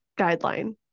guideline